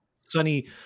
sunny